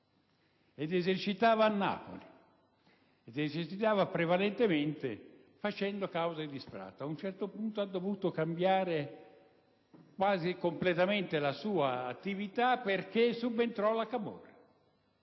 ed esercitava a Napoli, occupandosi prevalentemente di cause di sfratto; ad un certo punto ha dovuto cambiare quasi completamente la sua attività, perché subentrò la camorra.